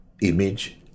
image